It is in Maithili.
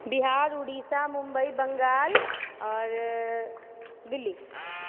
बिहार उड़ीसा मुम्बइ बङ्गाल आओर दिल्ली